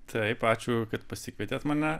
taip ačiū kad pasikvietėt mane